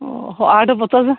ଓହୋ ଆଠ ପଚାଶ